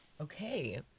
Okay